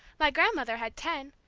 my grandmother had ten.